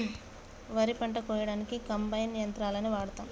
వరి పంట కోయడానికి కంబైన్ యంత్రాలని వాడతాం